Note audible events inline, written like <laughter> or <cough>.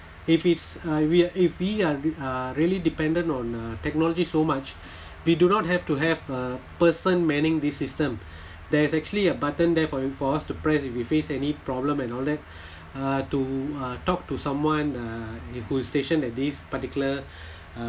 if it's uh we ar~ if we are uh really dependent on uh technology so much <breath> we do not have to have a person manning this system <breath> there's actually a button there for you for us to press if we face any problem and all that <breath> uh to uh talk to someone uh is who is stationed at this particular <breath> uh